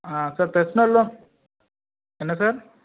ஆ sir personal loan என்ன sir